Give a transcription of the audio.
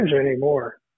anymore